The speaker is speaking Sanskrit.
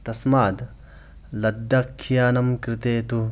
तस्मात् लद्दाखियानं कृते तु